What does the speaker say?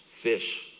fish